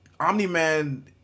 Omni-Man